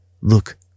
Look